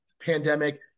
pandemic